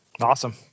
Awesome